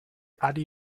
adi